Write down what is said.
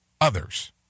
others